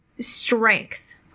strength